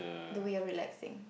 the way of relaxing